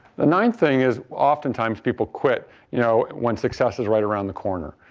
the ninth thing is oftentimes people quit you know when success is right around the corner.